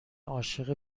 عاشق